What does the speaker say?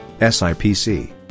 SIPC